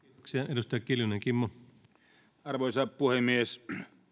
arvoisa puhemies